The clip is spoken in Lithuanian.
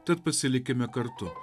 tad pasilikime kartu